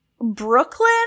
Brooklyn